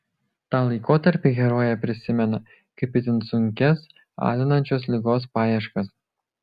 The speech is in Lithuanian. tą laikotarpį herojė prisimena kaip itin sunkias alinančios ligos paieškas